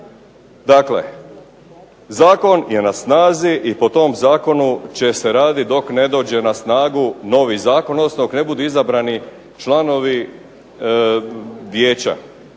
Dakle, Zakon je na snazi i po tom Zakonu će se raditi dok ne dođe na snagu novi Zakon, odnosno dok ne budu izabrani članovi Vijeća.